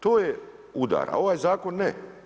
To je udar, a ovaj zakon ne.